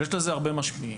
ויש לזה הרבה משפיעים.